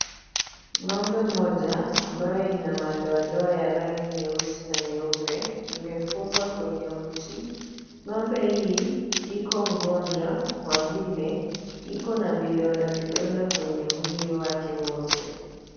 Ng'ombe mmoja ambaye ina madoadoa ya rangi nyeusi na nyeupe, imefungwa kwenye mti. Ng'ombe hii iko mgonjwa kwa vile iko na vidonda vidonda kwenye mwili wake wote.